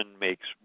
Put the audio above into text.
makes